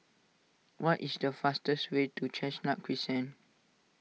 what is the fastest way to Chestnut Crescent